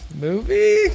movie